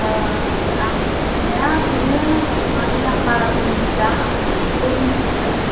आं मिथिनाया बेनो माने आं बाराबो मिथिया आं एसेल' मिथियो